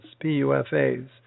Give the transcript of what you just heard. PUFAs